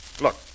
Look